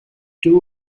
two